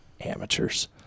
Amateurs